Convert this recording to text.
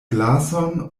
glason